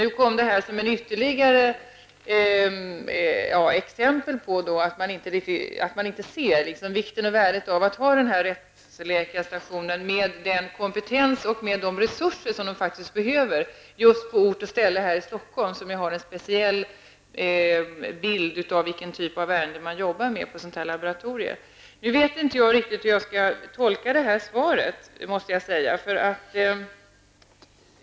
Nu kommer det här som ett ytterligare exempel på att man inte ser vikten och värdet av att ha rättsläkarstationen med den kompetens och de resurser som stationen faktiskt behöver på ort och ställe här i Stockholm, som ju har en speciell bild av vilken typ av ärenden som utförs i ett sådant här laboratorium. Nu vet jag inte riktigt hur jag skall tolka svaret, måste jag säga.